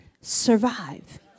survive